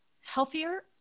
healthier